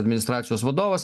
administracijos vadovas